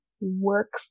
work